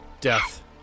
death